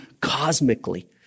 cosmically